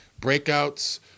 breakouts